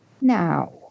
Now